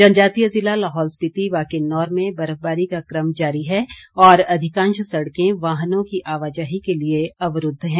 जनजातीय ज़िला लहौल स्पीति व किन्नौर में बर्फबारी का क्रम जारी है और अधिकांश सड़कें वाहनों की आवाजाही के लिए अवरूद्व हैं